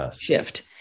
shift